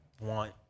want